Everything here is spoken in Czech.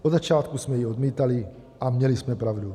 Od začátku jsme ji odmítali a měli jsme pravdu.